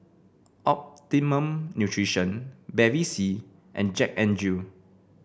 Optimum Nutrition Bevy C and Jack N Jill